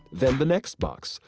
then the next box,